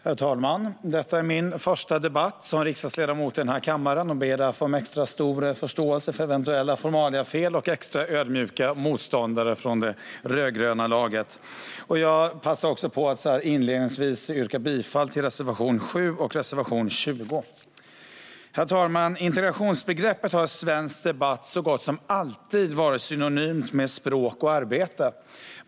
Herr talman! Detta är min första debatt som riksdagsledamot i den här kammaren, och jag ber därför om extra stor förståelse för eventuella formaliafel och extra ödmjuka motståndare från det rödgröna laget. Jag passar också på att inledningsvis yrka bifall till reservationerna 7 och 20. Herr talman! Integrationsbegreppet har i svensk debatt så gott som alltid varit synonymt med språk och arbete.